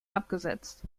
abgesetzt